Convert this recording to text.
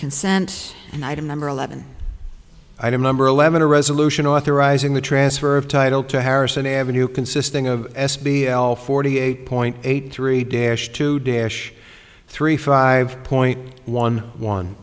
consent and item number eleven item number eleven a resolution authorizing the transfer of title to harrison avenue consisting of s b l forty eight point eight three day to day ash three five point one one